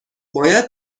باید